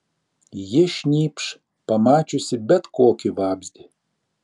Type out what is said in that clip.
ji šnypš pamačiusi bet kokį vabzdį